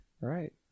Right